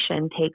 takes